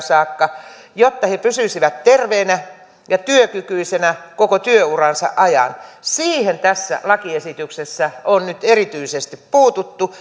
saakka jotta he pysyisivät terveinä ja työkykyisinä koko työuransa ajan siihen tässä lakiesityksessä on nyt erityisesti puututtu